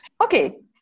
Okay